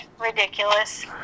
ridiculous